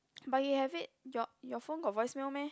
But you have it your your phone got voice mail meh